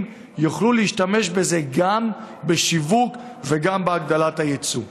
יוכלו להשתמש בזה גם בשיווק וגם בהגדלת היצוא.